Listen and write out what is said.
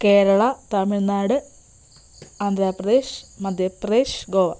Kerala Tamil Nadu Andhra Pradesh Madhya Pradesh Goa